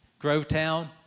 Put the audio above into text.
Grovetown